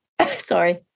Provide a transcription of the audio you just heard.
sorry